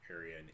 area